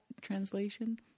translation